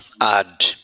add